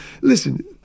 listen